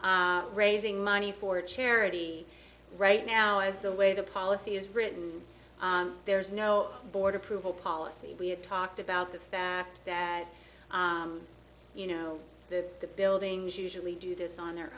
raising money for charity right now is the way the policy is written there's no board approval policy we have talked about the fact that you know that the buildings usually do this on their